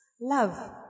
Love